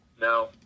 No